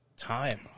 Time